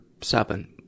seven